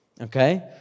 okay